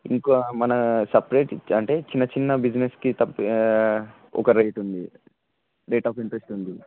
ఇంకా మన సపరేట్ అంటే చిన్న చిన్న బిజినెస్కి తప్ ఒక రేట్ ఉంది రేట్ ఆఫ్ ఇంట్రస్ట్ ఉంది